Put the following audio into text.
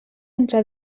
entre